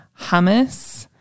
hummus